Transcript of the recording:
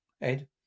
Ed